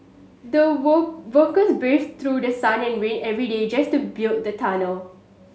the work workers braved through the sun and rain every day just to build the tunnel